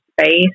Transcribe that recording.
space